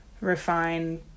refine